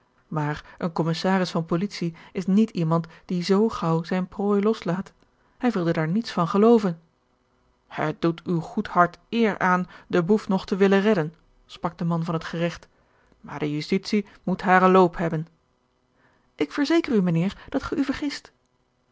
maar een commissaris van politie is niet iemand die zoo gaauw zijne prooi loslaat hij wilde daar niets van gelooven het doet uw goed hart eer aan den boef nog te willen redden sprak de man van het geregt maar de justitie moet haren loop hebben ik verzeker u mijnheer dat gij u vergist